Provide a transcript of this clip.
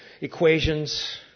equations